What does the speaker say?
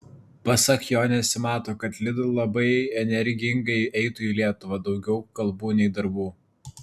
pasak jo nesimato kad lidl labai energingai eitų į lietuvą daugiau kalbų nei darbų